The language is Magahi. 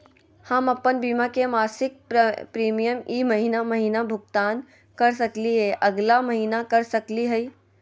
हम अप्पन बीमा के मासिक प्रीमियम ई महीना महिना भुगतान कर सकली हे, अगला महीना कर सकली हई?